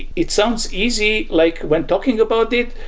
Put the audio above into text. it sounds easy, like when talking about it,